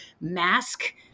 mask